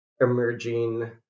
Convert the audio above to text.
emerging